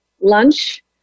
lunch